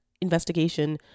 investigation